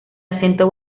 acento